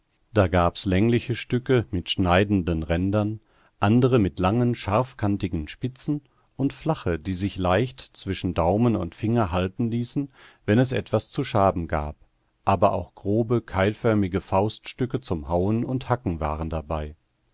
da gab's längliche stücke mit schneidenden rändern andere mit langen scharfkantigen spitzen und flache die sich leicht zwischen daumen und finger halten ließen wenn es etwas zu schaben gab aber auch grobe keilförmige fauststücke zum hauen und hacken waren dabei